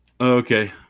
Okay